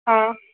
हा